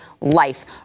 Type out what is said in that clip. life